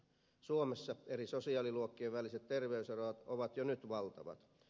suomessa eri sosiaaliluokkien väliset terveyserot ovat jo nyt valtavat